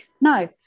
No